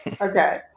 Okay